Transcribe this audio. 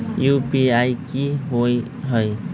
UPI कि होअ हई?